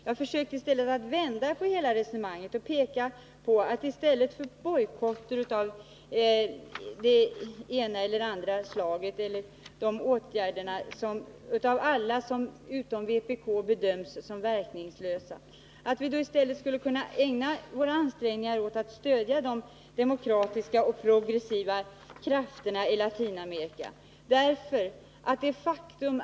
Jag försökte vända på hela resonemanget och peka på att i stället för bojkotter och åtgärder av ena eller andra slaget, som av alla utom vpk bedöms som verkningslösa, kunde vi ägna våra ansträngningar åt att stödja de demokratiska och progressiva krafterna i Latinamerika.